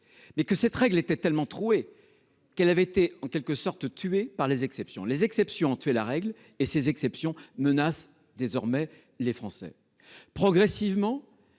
mais que celle ci était tellement trouée qu’elle avait été, en quelque sorte, tuée par les exceptions. Les exceptions ont tué la règle, et elles menacent désormais les Français. Progressivement,